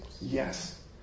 Yes